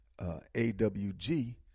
AWG